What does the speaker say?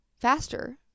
faster